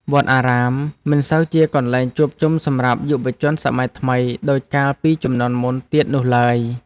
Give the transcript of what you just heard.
វត្តអារាមមិនសូវជាកន្លែងជួបជុំសម្រាប់យុវជនសម័យថ្មីដូចកាលពីជំនាន់មុនទៀតនោះឡើយ។